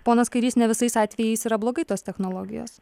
ponas kairys ne visais atvejais yra blogai tos technologijos